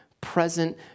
present